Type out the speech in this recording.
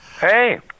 Hey